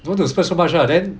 don't want to spend so much lah then